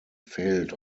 failed